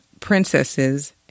princesses